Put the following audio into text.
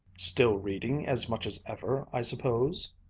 still reading as much as ever, i suppose.